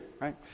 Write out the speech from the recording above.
right